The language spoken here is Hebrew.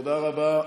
תודה רבה.